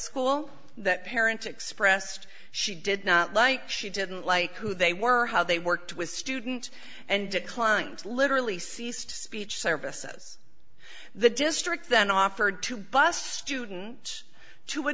school that parents expressed she did not like she didn't like who they were how they worked with student and declined literally ceased speech services the district then offered to bus students to a